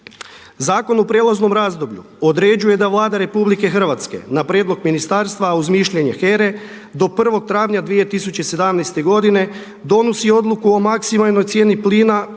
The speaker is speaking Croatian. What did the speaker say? Zakon u prijelaznom razdoblju određuje da Vlada Republike Hrvatske na prijedlog ministarstva, a uz mišljenje HERA-e do 1. travnja 2017. godine donosi odluku o maksimalnoj cijeni plina